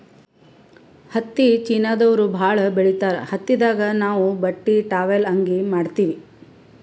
ಹತ್ತಿ ಚೀನಾದವ್ರು ಭಾಳ್ ಬೆಳಿತಾರ್ ಹತ್ತಿದಾಗ್ ನಾವ್ ಬಟ್ಟಿ ಟಾವೆಲ್ ಅಂಗಿ ಮಾಡತ್ತಿವಿ